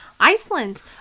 Iceland